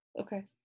Okay